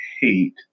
hate